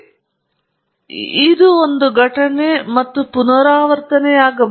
ಆದ್ದರಿಂದ ಇದು ಒಂದು ಘಟನೆ ಮತ್ತು ಪುನರಾವರ್ತನೆಯಾಗುತ್ತದೆ